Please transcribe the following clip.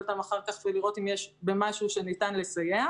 אותם אחר כך ולראות אם יש משהו שניתן לסייע,